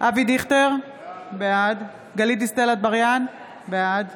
אבי דיכטר, בעד גלית דיסטל אטבריאן, בעד